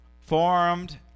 Formed